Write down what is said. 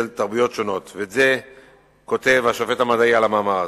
את זה כותב השופט המדעי על המאמר הזה.